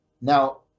now